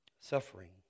suffering